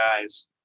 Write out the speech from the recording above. guys